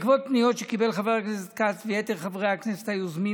בעקבות פניות שקיבל חבר הכנסת כץ ויתר חברי הכנסת היוזמים,